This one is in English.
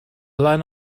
line